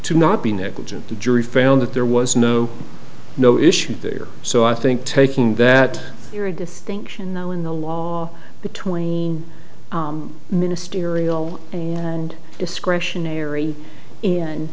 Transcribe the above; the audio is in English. to not be negligent the jury found that there was no no issue there so i think taking that here a distinction though in the law between ministerial and discretionary